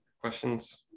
questions